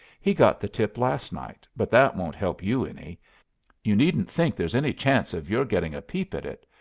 he got the tip last night, but that won't help you any. you needn't think there's any chance of your getting a peep at it.